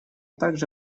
также